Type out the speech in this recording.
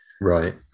Right